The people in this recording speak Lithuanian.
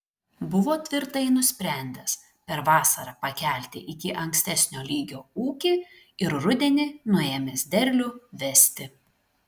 buvo tvirtai nusprendęs per vasarą pakelti iki ankstesnio lygio ūkį ir rudenį nuėmęs derlių vesti